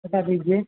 बता दीजिए